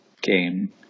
game